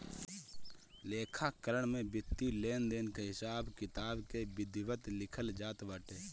लेखाकरण में वित्तीय लेनदेन के हिसाब किताब के विधिवत लिखल जात बाटे